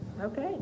Okay